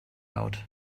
out